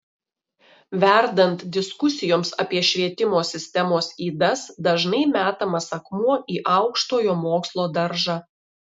verdant diskusijoms apie švietimo sistemos ydas dažnai metamas akmuo į aukštojo mokslo daržą